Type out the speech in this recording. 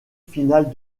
finales